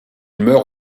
meurt